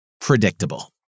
Predictable